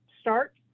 start